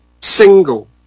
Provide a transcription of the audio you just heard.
single